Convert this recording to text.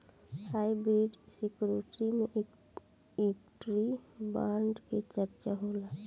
hybrid security में equity bond के चर्चा होला